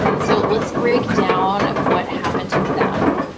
so let's break down what happened to them.